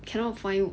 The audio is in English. cannot find